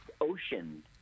ocean